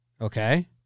Okay